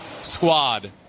squad